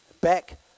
back